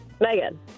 Megan